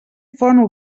font